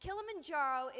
Kilimanjaro